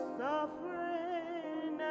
suffering